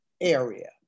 area